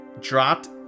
dropped